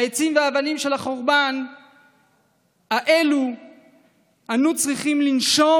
מהעצים והאבנים האלו אנו צריכים לנשום